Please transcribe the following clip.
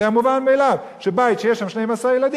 זה היה מובן מאליו שבית שיש שם 12 ילדים,